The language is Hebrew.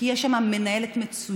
כי יש שם מנהלת מצוינת,